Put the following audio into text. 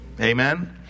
amen